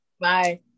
Bye